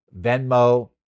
Venmo